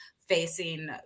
facing